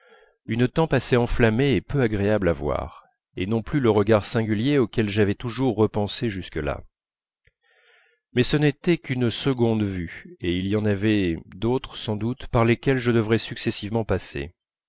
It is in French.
une tempe assez enflammée et peu agréable à voir et non plus le regard singulier auquel j'avais toujours repensé jusque-là mais ce n'était qu'une seconde vue et il y en avait d'autres sans doute par lesquelles je devrais successivement passer